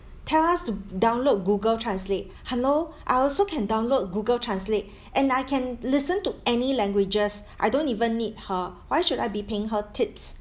tell us to download google translate hello I also can download google translate and I can listen to any languages I don't even need her why should I be paying her tips